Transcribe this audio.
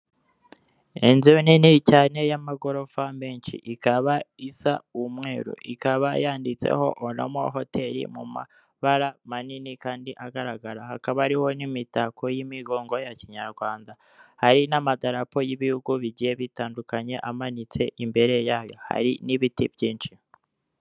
Inzobe nini cyane y'amagorofa menshi ikaba iza umweru ikaba yanditseho olamo hoteli mu mabara manini kandi agaragara hakaba ariho n'imitako y'imigongo ya kinyarwanda, hari n'amadarapo y'ibihugu bigiye bitandukanye amanitse imbere yayo hari n'ibiti byinshi.